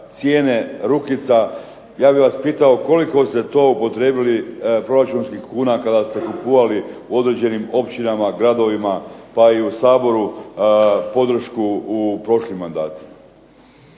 cijene rukica, ja bih vas pitao koliko ste to upotrijebili proračunskih kuna kada ste kupovali u određenim općinama, gradovima pa i u Saboru podršku u prošlom mandatu?